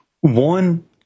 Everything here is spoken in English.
One